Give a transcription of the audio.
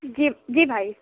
جی جی بھائی